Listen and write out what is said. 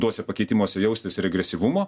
tuose pakeitimuose jaustis regresyvumo